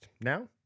Now